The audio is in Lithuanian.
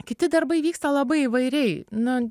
kiti darbai vyksta labai įvairiai nu